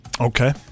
Okay